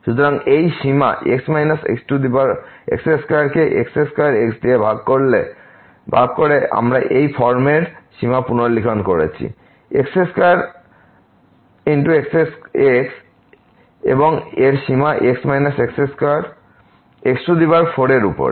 সুতরাং এই সীমা x x2 কে x2x দিয়ে ভাগ করে আমরা এই ফর্মে এর সীমা পুনর্লিখন করেছি x2x এবংএর সীমা x x2 x4 এর উপরে